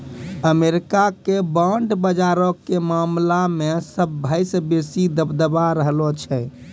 America के bond बजारो के मामला मे सभ्भे से बेसी दबदबा रहलो छै